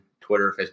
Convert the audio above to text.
Twitter